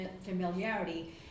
familiarity